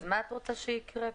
אז מה את רוצה שיקרה פה?